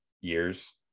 years